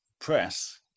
press